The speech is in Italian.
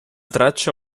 traccia